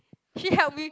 she help me